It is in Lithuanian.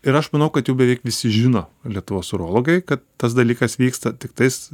ir aš manau kad jau beveik visi žino lietuvos urologai kad tas dalykas vyksta tiktais